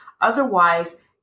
Otherwise